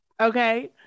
Okay